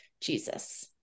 Jesus